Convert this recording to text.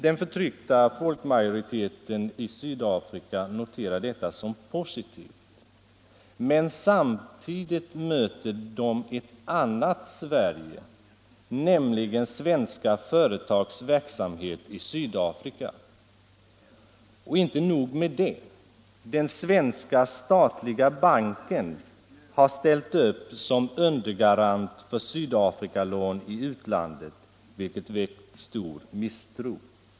Den förtryckta folkmajoriteten i Sydafrika noterar detta som positivt, men samtidigt möter de ett annat Sverige, nämligen svenska företags verksamhet i Sydafrika. Och inte nog med det. Den svenska statliga banken har ställt upp som undergarant för Sydafrikalån i utlandet, vilket väckt stor misstro.